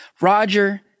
Roger